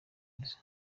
neza